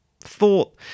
thought